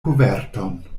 koverton